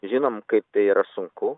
žinom kaip tai yra sunku